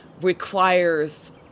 requires